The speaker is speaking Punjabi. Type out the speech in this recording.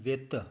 ਵਿੱਤ